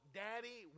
daddy